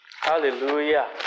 Hallelujah